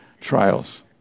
trials